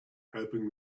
hoping